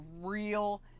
real